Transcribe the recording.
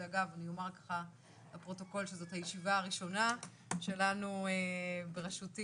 אני אומר לפרוטוקול שזאת הישיבה הראשונה שלנו בראשותי,